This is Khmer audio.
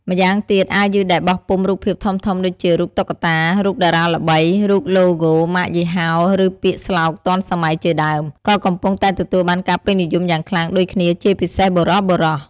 ម្យ៉ាងទៀត អាវយឺតដែលបោះពុម្ពរូបភាពធំៗដូចជារូបតុក្កតា រូបតារាល្បី រូបឡូហ្គោម៉ាកយីហោ ឬពាក្យស្លោកទាន់សម័យជាដើម ក៏កំពុងតែទទួលបានការពេញនិយមយ៉ាងខ្លាំងដូចគ្នាជាពិសេសបុរសៗ។